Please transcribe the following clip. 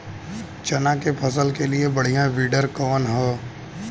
चना के फसल के लिए बढ़ियां विडर कवन ह?